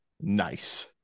Nice